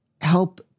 help